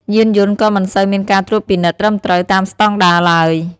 យានយន្តក៏មិនសូវមានការត្រួតពិនិត្យត្រឹមត្រូវតាមស្តង់ដារឡើយ។